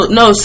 no